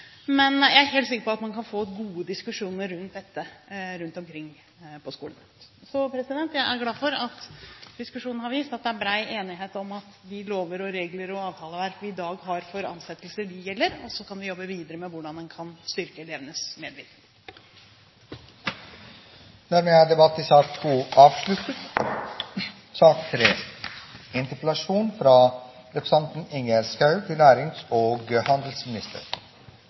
Men jeg er helt sikker på at man kan få gode diskusjoner rundt dette rundt omkring på skolene. Så jeg er glad for at diskusjonen har vist at det er bred enighet om at de lover, regler og avtaleverk vi i dag har for ansettelser, gjelder, og så kan vi jobbe videre med hvordan man kan styrke elevenes medvirkning. Dermed er debatten i sak nr. 2 avsluttet.